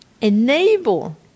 enable